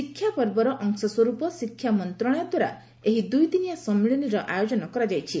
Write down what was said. ଶିକ୍ଷା ପର୍ବର ଅଂଶସ୍ୱର୍ପ ଶିକ୍ଷା ମନ୍ତ୍ରଣାଳୟ ଦ୍ୱାରା ଏହି ଦୁଇଦିନିଆ ସମ୍ମିଳନୀର ଆୟୋଜନ କରାଯାଇଛି